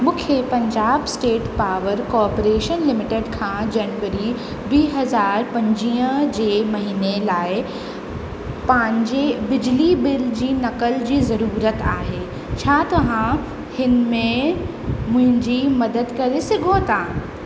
मूंखे Punjab state power corporation limited खां जनवरी वीह हज़ार पंजुवीह जे महीने लाइ पंहिंजे बिजली बिल जी नकल जी ज़रूरत आहे छा तव्हां हिन में मुंहिंजी मदद करे सघो था